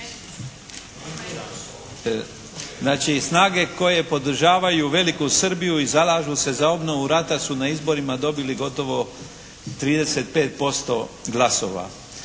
Znači, snage koje podržavaju veliku Srbiju i zalažu se za obnovu rata su na izborima dobili gotovo 35% glasova.